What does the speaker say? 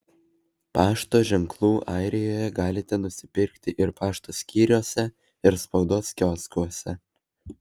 pašto ženklų airijoje galite nusipirkti ir pašto skyriuose ir spaudos kioskuose